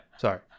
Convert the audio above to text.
sorry